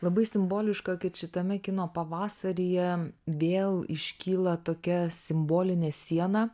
labai simboliška kad šitame kino pavasaryje vėl iškyla tokia simbolinė siena